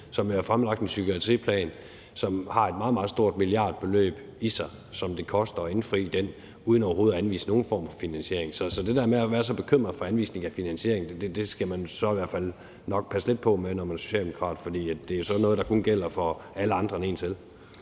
jo har fremlagt en psykiatriplan, som det koster et meget, meget stort milliardbeløb at indfri, uden overhovedet at anvise nogen form for finansiering. Så det med at være så bekymret for anvisning af finansiering skal man i hvert fald nok passe lidt på med, når man er socialdemokrat, fordi det jo så kun er noget, der gælder for alle andre end en selv.